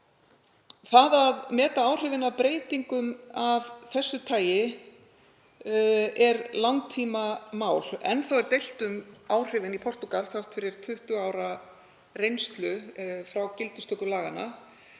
að meta áhrifin af breytingum af þessu tagi. Enn er deilt um áhrifin í Portúgal þrátt fyrir 20 ára reynslu frá gildistöku laganna.